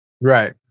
Right